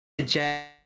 Jack